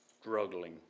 struggling